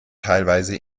teilweise